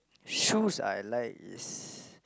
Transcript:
shoes I like is